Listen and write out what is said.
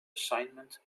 assignment